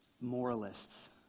moralists